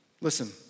listen